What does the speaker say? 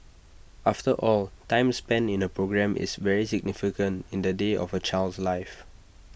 after all time spent in A programme is very significant in the day of A child's life